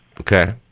Okay